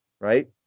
right